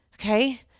okay